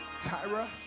Tyra